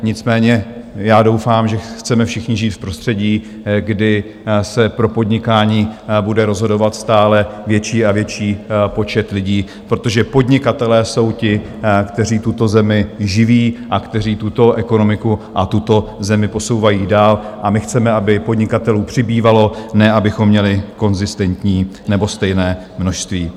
Nicméně já doufám, že chceme všichni žít v prostředí, kdy se pro podnikání bude rozhodovat stále větší a větší počet lidí, protože podnikatelé jsou ti, kteří tuto zemi živí a kteří tuto ekonomiku a tuto zemi posouvají dál, a my chceme, aby podnikatelů přibývalo, ne abychom měli konzistentní nebo stejné množství.